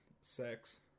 sex